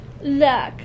look